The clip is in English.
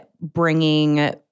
bringing